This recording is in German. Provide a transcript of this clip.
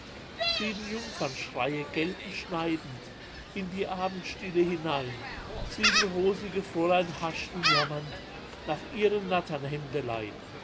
sieben jungfernschreie gellten schneidend in die abendstille hinein sieben rosige fräulein haschten jammernd nach ihren natternhemdelein